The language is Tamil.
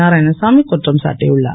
நாராயணசாமி குற்றம் சாட்டியுள்ளார்